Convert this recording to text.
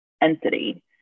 entity